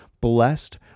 blessed